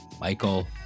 Michael